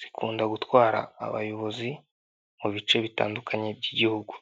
zikunda gutwara abayobozi mu bice bitandukanye by'igihugu.